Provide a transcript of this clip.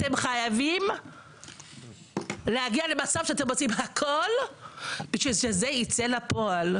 אתם חייבים להגיע למצב שאתם עושים הכול כדי שזה ייצא לפועל.